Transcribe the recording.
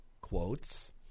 quotes